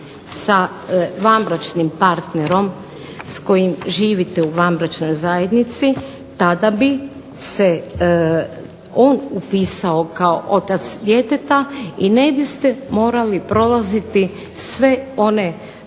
sa vanbračnim partnerom s kojim živite u vanbračnoj zajednici, tada bi se on upisao kao otac djeteta i ne biste morali prolaziti sve one